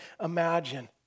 imagine